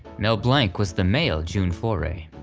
mel blanc was the male june foray.